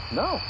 no